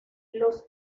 los